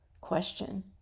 question